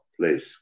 place